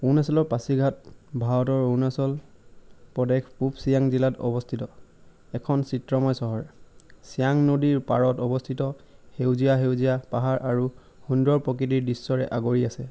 অৰুণাচলৰ পাছিঘাট ভাৰতৰ অৰুণাচল প্ৰদেশ পূৱ ছিয়াং জিলাত অৱস্থিত এখন চিত্ৰময় চহৰ ছিয়াং নদীৰ পাৰত অৱস্থিত সেউজীয়া সেউজীয়া পাহাৰ আৰু সুন্দৰ প্ৰকৃতিৰ দৃশ্যৰে আগুৰি আছে